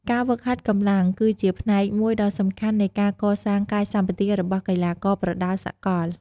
ការហ្វឹកហាត់កម្លាំងគឺជាផ្នែកមួយដ៏សំខាន់នៃការកសាងកាយសម្បទារបស់កីឡាករប្រដាល់សកល។